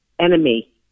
enemy